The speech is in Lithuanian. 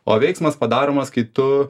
o veiksmas padaromas kai tu